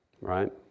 Right